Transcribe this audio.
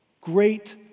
great